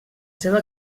seva